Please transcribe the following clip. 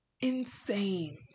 insane